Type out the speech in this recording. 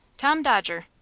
tom dodger.